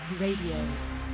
Radio